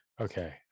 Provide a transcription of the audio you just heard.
Okay